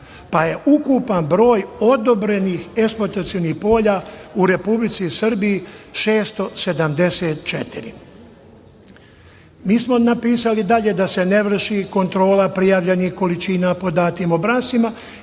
pa je ukupan broj odobrenih eksploatacionih polja u Republici Srbiji 674.Mi smo napisali dalje da se ne vrši kontrola prijavljenih količina po datim obrascima